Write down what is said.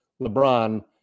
LeBron